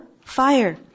fire